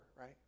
right